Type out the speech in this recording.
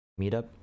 meetup